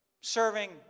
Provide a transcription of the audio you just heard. serving